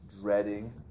dreading